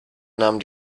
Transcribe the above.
nahm